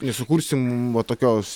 nesukursim va tokios